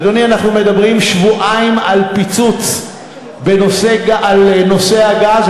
אדוני, אנחנו מדברים שבועיים על פיצוץ בנושא הגז.